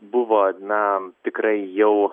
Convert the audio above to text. buvo na tikrai jau